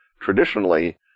traditionally